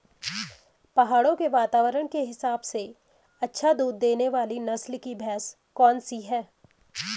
पहाड़ों के वातावरण के हिसाब से अच्छा दूध देने वाली नस्ल की भैंस कौन सी हैं?